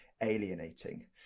alienating